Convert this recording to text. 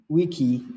Wiki